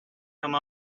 come